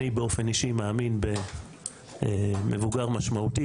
אני באופן אישי מאמין במבוגר משמעותי